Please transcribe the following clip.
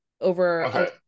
over